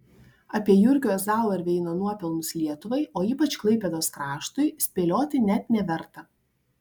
apie jurgio zauerveino nuopelnus lietuvai o ypač klaipėdos kraštui spėlioti net neverta